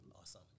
Awesome